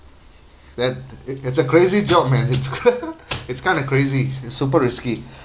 that it it's a crazy job man it's it's kind of crazy and super risky